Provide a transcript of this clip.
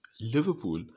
Liverpool